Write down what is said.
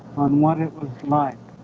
on what it was like